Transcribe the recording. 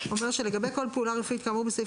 (ח)לגבי כל פעולה רפואית כאמור בסעיף